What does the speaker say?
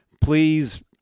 please